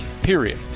period